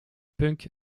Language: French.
punk